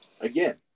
again